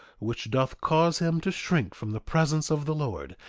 which doth cause him to shrink from the presence of the lord,